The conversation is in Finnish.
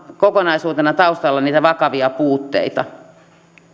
kokonaisuutena niitä taustalla olevia vakavia puutteita